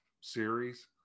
series